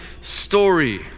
story